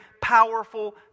powerful